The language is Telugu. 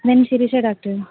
నేను శిరీష డాక్టర్